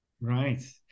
Right